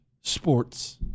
sports